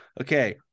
okay